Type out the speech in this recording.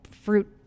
fruit